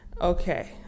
okay